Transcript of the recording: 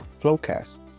Flowcast